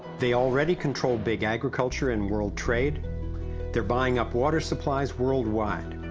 they already control big agriculture and world trade they're buying up water supplies worldwide.